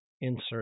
insert